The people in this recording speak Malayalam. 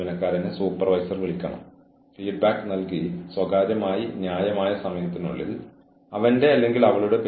ജീവനക്കാരിൽ നിന്ന് നിങ്ങൾക്ക് വിവിധ രൂപത്തിലുള്ള ഫീഡ്ബാക്ക് എടുക്കാം എന്നാണ് ഞാൻ അർത്ഥമാക്കുന്നത്